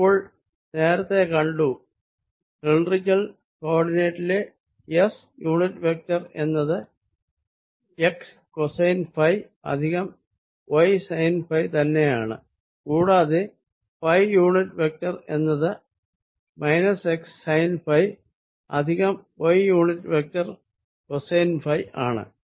ഇപ്പോൾ നാം നേരത്തെ കണ്ടു സിലിണ്ടറിക്കൽ കോ ഓർഡിനേറ്റിലെ s യൂണിറ്റ് വെക്ടർ എന്നത് x cosine phi plus y sine phi തന്നെയാണ് കൂടാതെ ഫൈ യൂണിറ്റ് വെക്ടർ എന്നത് minus x sine phi plus y unit vector cosine phi ആണ്